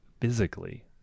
physically